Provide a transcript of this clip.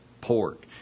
pork